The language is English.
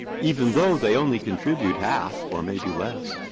even though they only contribute half or maybe less.